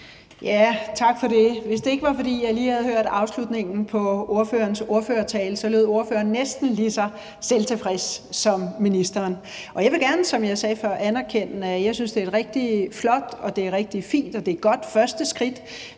(V): Tak for det. Hvis det ikke var, fordi jeg lige havde hørt afslutningen på ordførerens ordførertale, lød ordføreren næsten lige så selvtilfreds som ministeren. Jeg vil gerne, som jeg sagde før, anerkende det og sige, at jeg synes, det er et rigtig flot og et rigtig fint og godt første skridt,